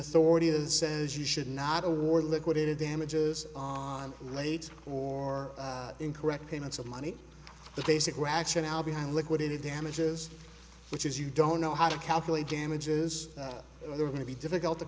authority is says you should not award liquidated damages on late or incorrect payments of money the basic rationale behind liquidated damages which is you don't know how to calculate damages and there will be difficult to